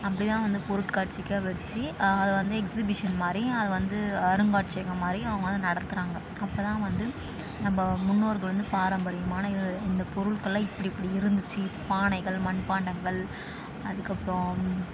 அப்படி தான் வந்து பொருட்காட்சிக்கு வச்சு அதை வந்து எக்ஸிபிஷன் மாதிரி அதை வந்து அருங்காட்சியகம் மாதிரி அவங்க வந்து நடத்துகிறாங்க அப்போ தான் வந்து நம்ம முன்னோர்கள் வந்து பாரம்பரியமான இது இந்த பொருட்களெலாம் இப்படி இப்படி இருந்துச்சு பானைகள் மண் பாண்டங்கள் அதுக்கப்புறம்